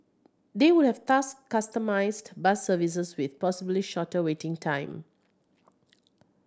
they would have thus customised bus services with possibly shorter waiting time